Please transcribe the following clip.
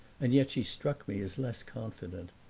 and yet she struck me as less confident.